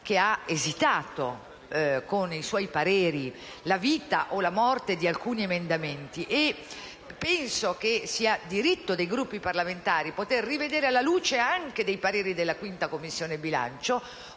ha esitato, con i suoi pareri, la vita o la morte di alcuni emendamenti. Penso, pertanto, che sia diritto dei Gruppi parlamentari poter rivedere, anche alla luce dei pareri della Commissione bilancio,